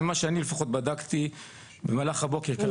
ממה שאני לפחות בדקתי במהלך הבוקר.